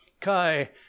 kai